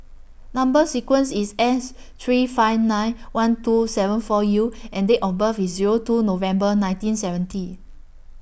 Number sequence IS S three five nine one two seven four U and Date of birth IS Zero two November nineteen seventy